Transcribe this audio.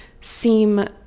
seem